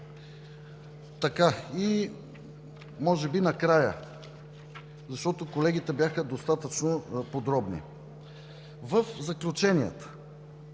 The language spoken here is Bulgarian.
И може би накрая, защото колегите бяха достатъчно подробни. В заключенията